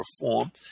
reform